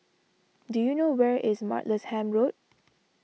do you know where is Martlesham Road